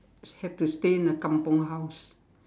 have to stay in a kampung house